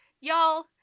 Y'all